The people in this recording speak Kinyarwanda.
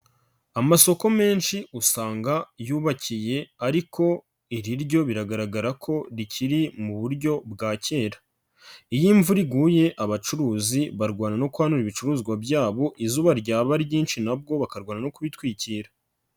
Amasoko menshi usanga yubakiye ariko iriryo biragaragara ko rikiri mu buryo bwa kera. Iyo imvura iguye abacuruzi barwana no kwandura ibicuruzwa byabo izuba ryaba ryinshi nabwo bakarwana no kubitwikira.